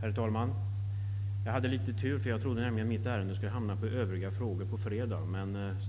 Herr talman! Jag hade litet tur. Jag trodde nämligen att mitt ärende skulle hamna under övriga frågor på fredag.